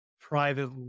private